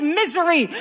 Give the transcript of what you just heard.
misery